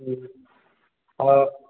जी और